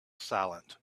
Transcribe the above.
silent